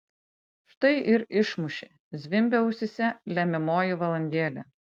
štai ir išmušė zvimbia ausyse lemiamoji valandėlė